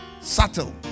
subtle